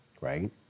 right